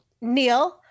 Neil